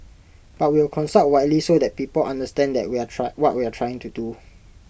but we'll consult widely so that people understand that we're try what we're trying to do